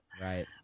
Right